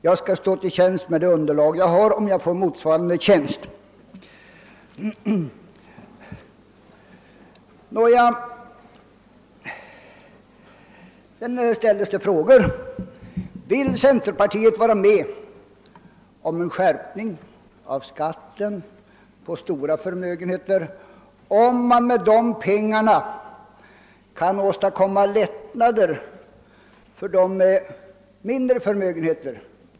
Jag skall stå till tjänst med det underlag jag har, om jag får motsvarande tjänst tillbaka. Sedan ställdes det frågor. Det frågades huruvida centerpartiet vill vara med om en skärpning av skatten på större förmögenheter, om man med dessa pengar kan åstadkomma lättnader för de mindre förmögenheterna.